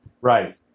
right